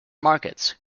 markets